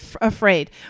afraid